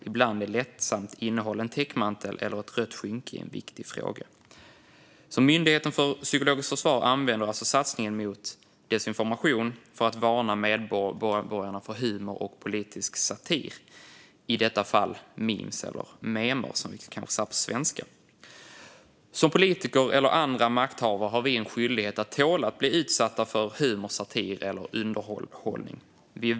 Ibland är lättsamt innehåll en täckmantel eller ett rött skynke i en viktig fråga." Myndigheten för psykologiskt försvar använder alltså satsningen mot desinformation för att varna medborgarna för humor och politisk satir, i detta fall memes - eller memer, som vi kanske säger på svenska. Som politiker eller andra makthavare har vi en skyldighet att tåla att bli utsatta för humor, satir eller underhållning.